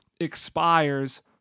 expires